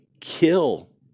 kill